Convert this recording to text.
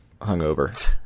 hungover